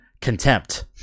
contempt